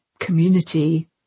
community